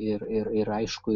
ir ir ir aišku